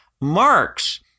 Marx